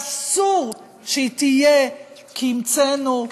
ואסור שהיא תהיה כי המצאנו,